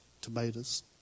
tomatoes